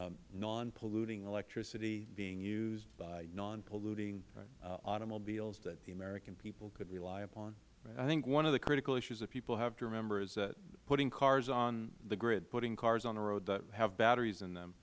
nonpolluting electricity being used by nonpolluting automobiles that the american people could rely upon mister agassi i think one of the critical issues that people have to remember is putting cars on the grid putting cars on the road that have batteries in them